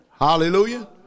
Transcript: Hallelujah